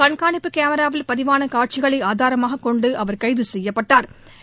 கண்காணிப்பு கேமிராவில் பதிவான காட்சிகளை ஆதாரமாக கொண்டு அவர் கைது செய்யப்பட்டா்